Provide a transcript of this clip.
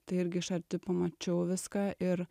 tai irgi iš arti pamačiau viską ir